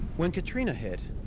when katrina hit,